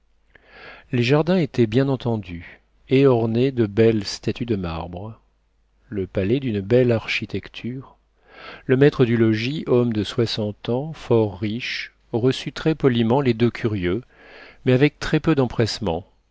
les jardins étaient bien entendus et ornés de belles statues de marbre le palais d'une belle architecture le maître du logis homme de soixante ans fort riche reçut très poliment les deux curieux mais avec très peu d'empressement